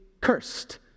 cursed